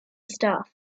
stuff